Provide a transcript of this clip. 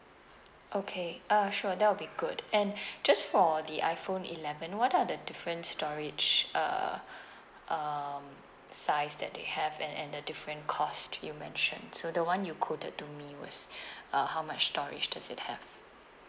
okay uh sure that will be good and just for the iphone eleven what are the different storage uh um size that they have and and the different cost you mention so the [one] you quoted to me was uh how much storage does it have